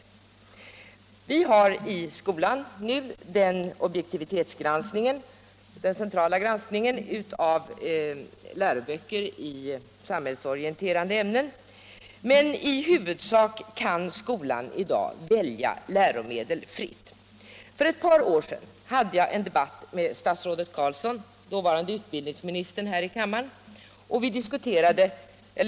För läroböcker i samhällsorienterande ämnen finns nu en central granskning, objektivitetsgranskningen, men i huvudsak kan skolan i dag välja läromedel fritt. För ett par år sedan hade jag här i kammaren en debatt med dåvarande utbildningsministern, statsrådet Carlsson.